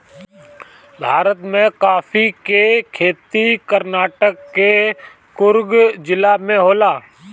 भारत में काफी के खेती कर्नाटक के कुर्ग जिला में होला